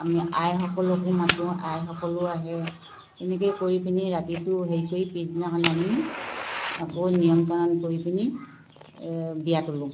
আমি আইসকলকো মাতোঁ আইসকলো আহে তেনেকৈয়ে কৰি পিনি ৰাতিটো হেৰি কৰি পিছদিনাখন আমি আকৌ নিয়ম কানুন কৰি পিনি বিয়া তোলোঁ